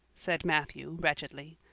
said matthew wretchedly.